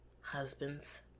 husbands